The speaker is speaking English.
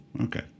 Okay